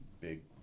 big